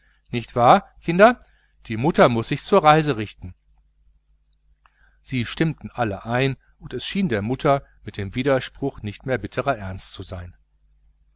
nicht wahr kinder die mutter muß sich zur reise richten sie stimmten alle ein und es schien der mutter mit dem widerspruch nicht mehr bitterer ernst zu sein